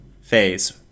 phase